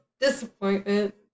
Disappointment